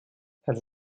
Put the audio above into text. els